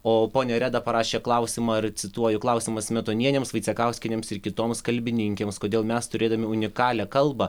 o ponia reda parašė klausimą ar cituoju klausimas smetonienėms vaicekauskienėms ir kitoms kalbininkėms kodėl mes turėdami unikalią kalbą